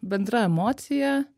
bendra emocija